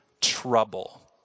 trouble